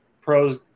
pros